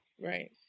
Right